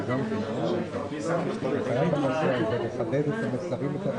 הישיבה ננעלה בשעה